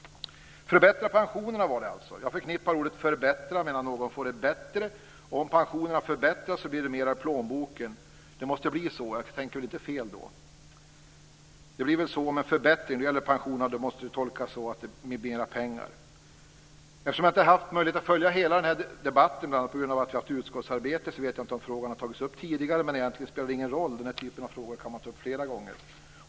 Förbättra pensionerna, var det alltså han sade. Jag förknippar ordet "förbättra" med att någon får det bättre, och om pensionerna förbättras så blir det mera i plånboken. Det måste väl bli så; jag tänker väl inte fel då? Om det blir en förbättring av pensionerna, då måste det tolkas så att det blir mera pengar. Eftersom jag inte har haft möjlighet att följa hela den här debatten, bl.a. på grund av utskottsarbete, vet jag inte om frågan har tagits upp tidigare, men egentligen spelar det ingen roll. Den här typen av frågor kan man ta upp flera gånger.